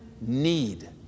need